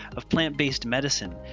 of plant based medicine.